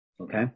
okay